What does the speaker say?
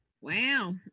wow